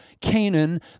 Canaan